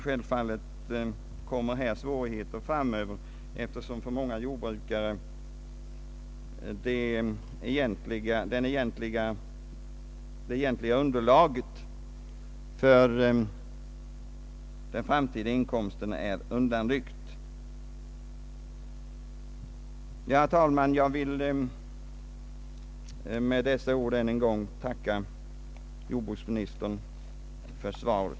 Självfallet uppkommer det svårigheter framöver, eftersom för många jordbrukare det egentliga underlaget för den framtida inkomsten är undanryckt, jämte återställningskostnader som inte är så oväsentliga. Herr talman! Jag vill med dessa ord än en gång tacka jordbruksministern för svaret.